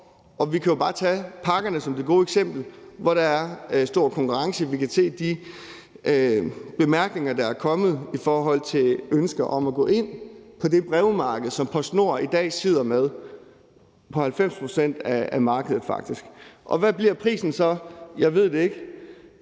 jo bare tage pakkerne som det gode eksempel, hvor der er stor konkurrence, og vi kan se de bemærkninger, der er kommet i forhold til et ønske om at gå ind på det brevmarked, som PostNord i dag sidder med, og som faktisk er 90 pct. af markedet. Hvad bliver prisen så? Jeg ved det ikke.